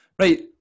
Right